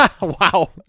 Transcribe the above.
wow